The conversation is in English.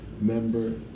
member